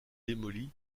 démoli